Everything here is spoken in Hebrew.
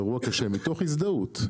לאירוע קשה מתוך הזדהות,